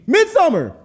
Midsummer